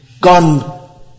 gone